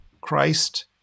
Christ